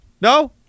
No